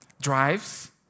drives